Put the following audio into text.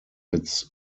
its